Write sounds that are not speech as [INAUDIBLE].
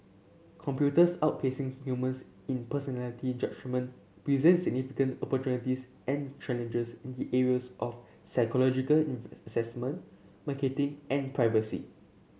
computers outpacing humans in personality judgement presents significant opportunities and challenges in [UNINTELLIGIBLE] of psychological [UNINTELLIGIBLE] assessment marketing and privacy